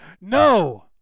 no